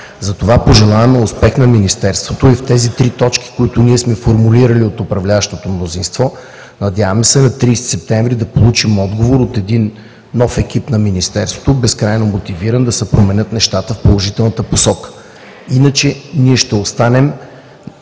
Затова пожелаваме успех на Министерството и в тези три точки, които ние от управляващото мнозинство сме формулирали. Надяваме се на 30 септември да получим отговор от един нов екип на Министерството, безкрайно мотивиран да се променят нещата в положителната посока. Ако не направим